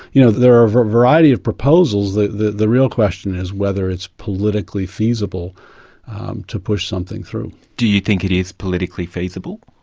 you know, there are a variety of proposals. the the real question is, whether it's politically feasible to push something through. do you think it is politically feasible?